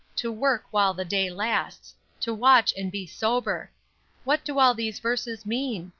to work while the day lasts to watch and be sober what do all these verses mean?